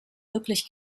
wirklich